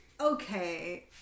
okay